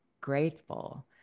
grateful